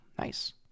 Nice